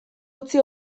utzi